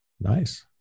Nice